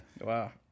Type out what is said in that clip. Wow